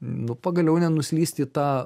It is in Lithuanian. nu pagaliau nenuslysti į tą